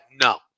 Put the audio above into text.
No